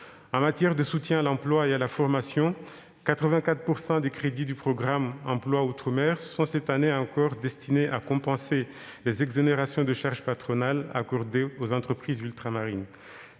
En matière de soutien à l'emploi et à la formation, 84 % des crédits du programme « Emploi outre-mer » sont, cette année encore, destinés à compenser les exonérations de charges patronales accordées aux entreprises ultramarines.